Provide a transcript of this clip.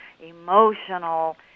emotional